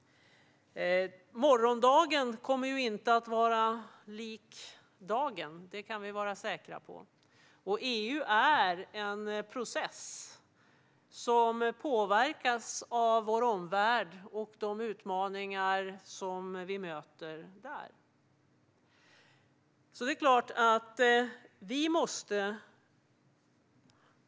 Morgondagen kommer inte att vara lik dagen - det kan vi vara säkra på. EU är en process som påverkas av vår omvärld och av de utmaningar som vi möter där.